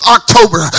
October